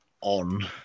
on